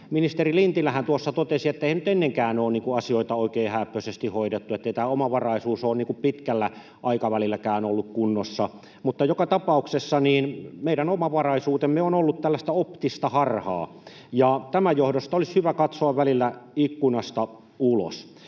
Ministeri Lintilähän tuossa totesi, ettei nyt ennenkään ole asioita oikein hääppöisesti hoidettu, ettei tämä omavaraisuus ole pitkällä aikavälilläkään ollut kunnossa, mutta joka tapauksessa meidän omavaraisuutemme on ollut tällaista optista harhaa, ja tämän johdosta olisi hyvä katsoa välillä ikkunasta ulos.